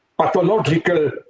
pathological